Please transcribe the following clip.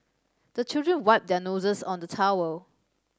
the children wipe their noses on the towel